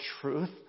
truth